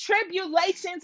tribulations